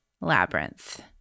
labyrinth